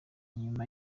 nyuma